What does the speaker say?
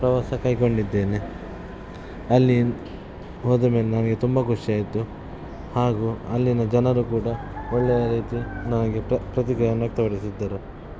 ಪ್ರವಾಸ ಕೈಗೊಂಡಿದ್ದೇನೆ ಅಲ್ಲಿ ಹೋದ ಮೇಲೆ ನನಗೆ ತುಂಬ ಖುಷಿಯಾಯ್ತು ಹಾಗೂ ಅಲ್ಲಿನ ಜನರು ಕೂಡ ಒಳ್ಳೆಯ ರೀತಿ ನನಗೆ ಪ್ರತಿಕ್ರಿಯೆಯನ್ನು ತೋರಿಸಿದ್ದರು